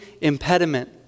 impediment